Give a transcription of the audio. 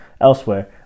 elsewhere